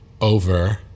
over